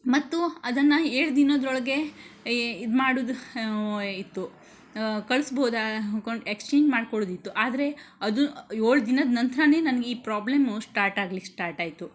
ಮತ್ತು ಅದನ್ನು ಏಳು ದಿನದೊಳ್ಗೆ ಇದು ಮಾಡೋದು ಇತ್ತು ಕಳಿಸ್ಬೋದಾ ಅಂದ್ಕೊಂಡು ಎಕ್ಸ್ಚೇಂಜ್ ಮಾಡ್ಕೊಳ್ಳೋದಿತ್ತು ಆದರೆ ಅದು ಏಳು ದಿನದ ನಂತರನೇ ನನಗೆ ಈ ಪ್ರಾಬ್ಲಮ್ಮು ಸ್ಟಾರ್ಟ್ ಆಗ್ಲಿಕ್ಕೆ ಸ್ಟಾರ್ಟಾಯಿತು